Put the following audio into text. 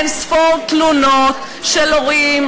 אין-ספור תלונות של הורים,